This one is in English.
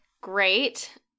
great